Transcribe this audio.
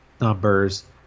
numbers